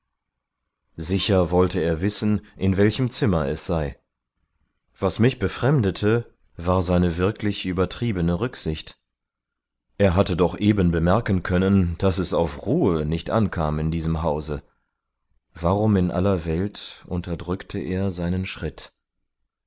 sicher wollte er wissen in welchem zimmer es sei was mich befremdete war seine wirklich übertriebene rücksicht er hatte doch eben bemerken können daß es auf ruhe nicht ankam in diesem hause warum in aller welt unterdrückte er seinen schritt